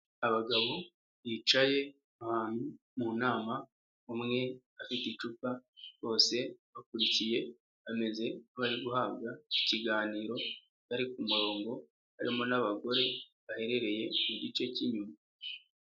Abagabo bicaye ahantu mu nama umwe afite icupa bose bakurikiye bari guhabwa ikiganiro, bari ku murongo harimo n'abagore baherereye mu gice cy'inyuma.